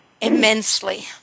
Immensely